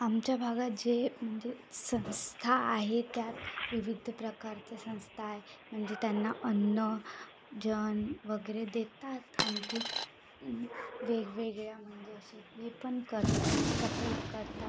आमच्या भागात जे म्हणजे संस्था आहे त्यात विविध प्रकारच्या संस्था आहे म्हणजे त्यांना अन्न जेवण वगैरे देतात आणखी वेगवेगळ्या म्हणजे अशी हे पण करतात सपोर्ट करतात